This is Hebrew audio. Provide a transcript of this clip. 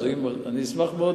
אני אשמח מאוד,